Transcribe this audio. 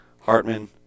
Hartman